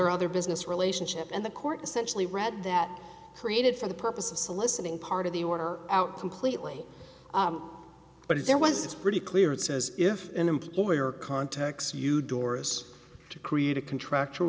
or other business relationship and the court essentially read that created for the purpose of soliciting part of the order out completely but if there was it's pretty clear it says if an employer contacts you doris to create a contractual